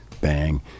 bang